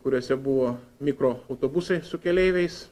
kuriuose buvo mikroautobusai su keleiviais